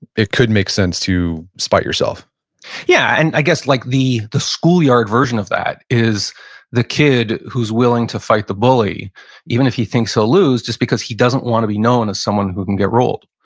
it could make sense to spite yourself yeah, and i guess like the the school yard version of that is the kid who's willing to fight the bully even if he thinks he'll so lose, just because he doesn't wanna be known as someone who can get rolled.